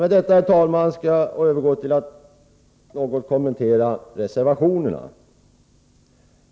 Med detta skall jag övergå till att något kommentera reservationerna.